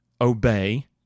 obey